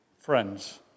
Friends